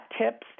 tips